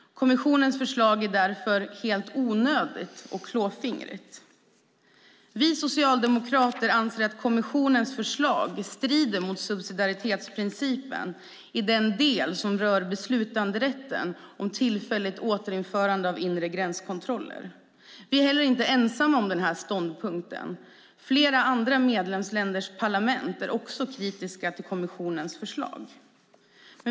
Kommissionens förslag är därför helt onödigt och klåfingrigt. Vi socialdemokrater anser att kommissionens förslag strider mot subsidiaritetsprincipen i den del som rör beslutanderätten om tillfälligt återinförande av inre gränskontroller. Vi är inte heller ensamma om den här ståndpunkten. Flera andra medlemsländers parlament är också kritiska till kommissionens förslag.